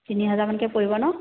তিনি হাজাৰমানকৈ পৰিব নহ্